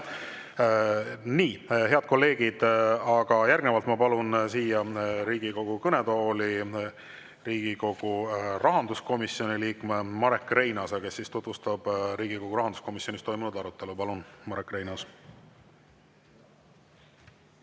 Nii, head kolleegid, järgnevalt palun ma siia Riigikogu kõnetooli Riigikogu rahanduskomisjoni liikme Marek Reinaasa, kes tutvustab Riigikogu rahanduskomisjonis toimunud arutelu. Palun, Marek Reinaas!